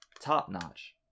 top-notch